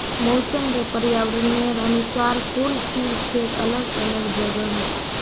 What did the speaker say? मौसम र पर्यावरनेर अनुसार फूल खिल छेक अलग अलग जगहत